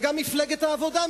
וגם מפלגת העבודה.